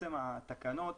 התקנות,